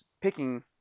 picking